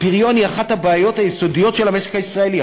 הפריון הוא אחת הבעיות היסודיות של המשק הישראלי.